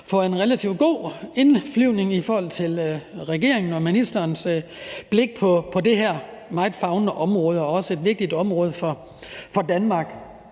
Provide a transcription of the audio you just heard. for en relativt god indflyvning i forhold til regeringens og ministerens blik på det her meget store område, som også er et vigtigt område for Danmark.